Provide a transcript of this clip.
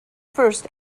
first